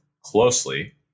closely